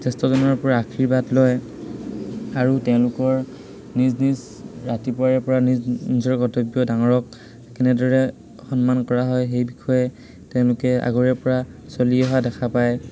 জ্যেষ্ঠজনৰ পৰা আশীৰ্বাদ লয় আৰু তেওঁলোকৰ নিজ নিজ ৰাতিপুৱাৰে পৰা নিজ নিজৰ কৰ্তব্য ডাঙৰক কেনেদৰে সন্মান কৰা হয় সেই বিষয়ে তেওঁলোকে আগৰে পৰা চলি অহা দেখা পায়